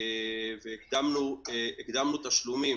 הקדמנו תשלומים